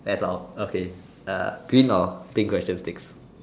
that's all okay uh green or pink questions next